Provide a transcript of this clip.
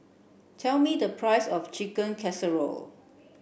tell me the price of Chicken Casserole